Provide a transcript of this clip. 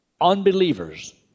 Unbelievers